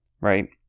right